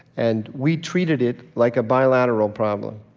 and we treated it like a bilateral problem.